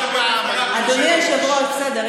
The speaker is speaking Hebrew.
בסדר,